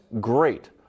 great